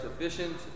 sufficient